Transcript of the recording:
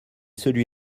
celui